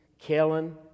Kellen